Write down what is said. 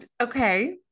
okay